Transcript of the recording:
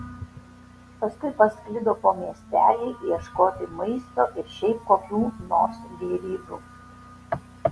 paskui pasklido po miestelį ieškoti maisto ir šiaip kokių nors gėrybių